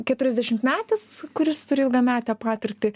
keturiasdešimtmetis kuris turi ilgametę patirtį